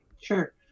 Sure